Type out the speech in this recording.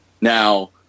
now